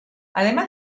además